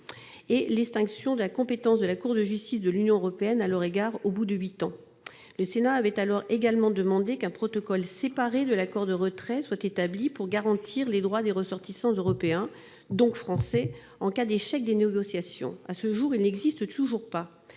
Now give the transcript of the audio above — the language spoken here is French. qui les concerne, de la compétence de la Cour de justice de l'Union européenne au bout de huit ans. Le Sénat avait alors également demandé qu'un protocole distinct de l'accord de retrait soit établi pour garantir les droits des ressortissants européens- dont français -en cas d'échec des négociations. À ce jour, il n'existe toujours pas.